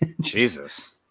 Jesus